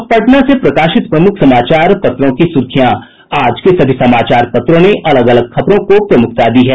अब पटना से प्रकाशित प्रमुख समाचार पत्रों की सुर्खियां आज के सभी समाचार पत्रों ने अलग अलग खबर को प्रमुखता दी है